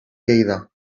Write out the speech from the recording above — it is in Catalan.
lleida